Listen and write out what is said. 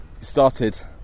started